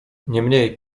niemniej